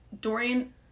Dorian